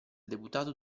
deputato